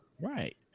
Right